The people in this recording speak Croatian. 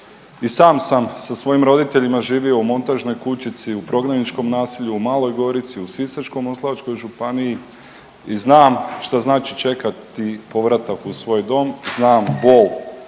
i sam sam sa svojim roditeljima živio u montažnoj kućici u prognaničkom naselju u Maloj Gorici u Sisačko-moslavačkoj županiji i znam šta znači čekati povratak u svoj dom, znam bol